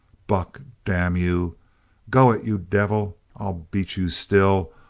buck damn you go it, you devil i'll beat you still!